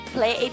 Play